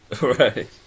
Right